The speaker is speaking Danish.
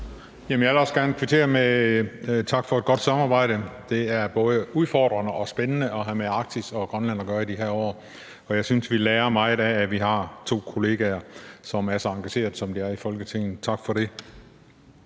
Jeg vil også gerne kvittere og takke for et godt samarbejde. Det er både udfordrende og spændende at have med Arktis og Grønland at gøre i de her år, og jeg synes, vi lærer meget af, at vi har to kollegaer i Folketinget, som er så engagerede, som de er. Tak for det.